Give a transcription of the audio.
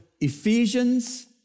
Ephesians